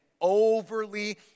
overly